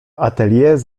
atelier